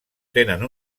tenen